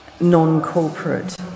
non-corporate